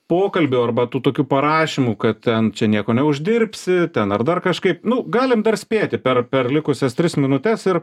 pokalbių arba tu tokių parašymų kad čia nieko neuždirbsi ten ar dar kažkaip nu galim dar spėti per per likusias tris minutes ir